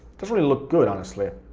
doesn't really look good, honestly,